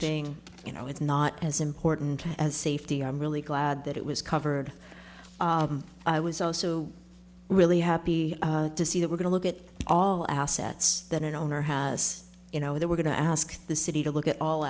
thing you know it's not as important as safety i'm really glad that it was covered i was also really happy to see that we're going to look at all assets that an owner has you know they were going to ask the city to look at all